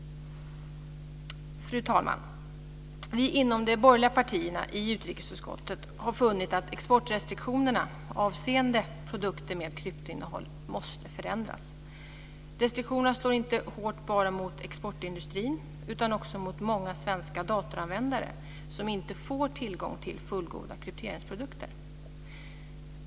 Fru talman! Vi inom de borgerliga partierna i utrikesutskottet har funnit att exportrestriktionerna avseende produkter med kryptoinnehåll måste förändras. Restriktionerna slår inte hårt bara mot exportindustrin utan också mot många svenska datoranvändare, som inte får tillgång till fullgoda krypteringsprodukter.